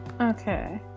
okay